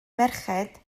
merched